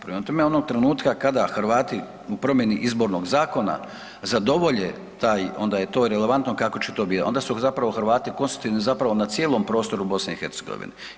Prema tome, onog trenutka kada Hrvati u promjeni Izbornog zakona zadovolje taj onda je to relevantno kako će to biti, onda su zapravo Hrvati konstitutivni zapravo na cijelom prostoru Bosne i Hercegovine.